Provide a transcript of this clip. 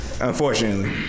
unfortunately